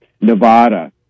Nevada